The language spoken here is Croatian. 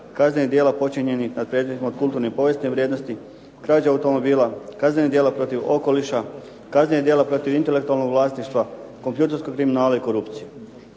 kaznenih djela počinjenih nad predmetima od kulturno povijesne vrijednosti, krađe automobila, kaznenih djela protiv okoliša, kaznenih djela protiv intelektualnog vlasništva, kompjuterskog kriminala i korupcije.